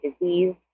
disease